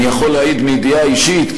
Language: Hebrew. אני יכול להעיד מידיעה אישית,